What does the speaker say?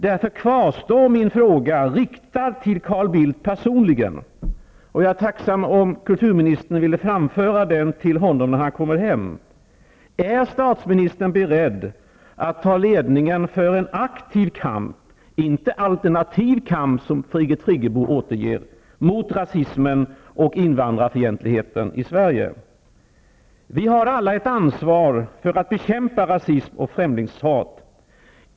Därför kvarstår min fråga riktad till Carl Bildt personligen: ''Är statsministern beredd att ta ledningen för en aktiv kamp -- inte alternativ kamp som Birgit Friggebo återger det -- mot rasismen och invandrarfientligheten i Sverige?'' Jag är tacksam om kulturministen vill framföra den till honom när han kommer hem. Vi har alla ett anvar för att bekämpa rasism och främlingshat.